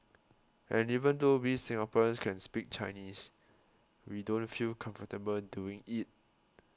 and even though we Singaporeans can speak Chinese we don't feel comfortable doing it